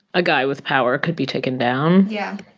a guy with power could be taken down? yeah.